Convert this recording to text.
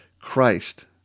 Christ